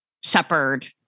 shepherd